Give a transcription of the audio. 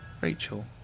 Rachel